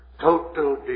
Total